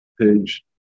page